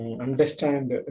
understand